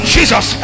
Jesus